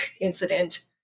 incident